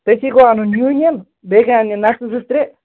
تٔتھی گوٚو انُن یوٗنیَن بیٚیہِ گٔے اَننہِ نَلکہٕ زٕ ترٛے